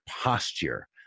posture